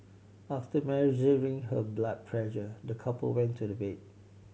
after measuring her blood pressure the couple went to the bed